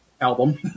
album